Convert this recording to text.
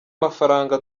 mafaranga